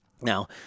Now